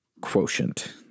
quotient